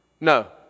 No